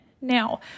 Now